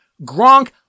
Gronk